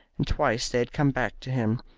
and twice they had come back to him,